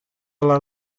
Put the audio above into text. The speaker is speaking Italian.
alla